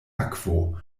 akvo